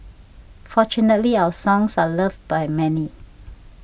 fortunately our songs are loved by many